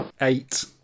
Eight